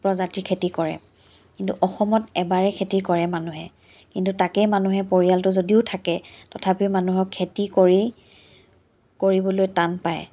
প্ৰজাতিৰ খেতি কৰে কিন্তু অসমত এবাৰেই খেতি কৰে মানুহে কিন্তু তাকে মানুহে পৰিয়ালটো যদিও থাকে তথাপিও মানুহক খেতি কৰি কৰিবলৈ টান পায়